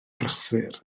brysur